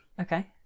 Okay